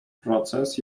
process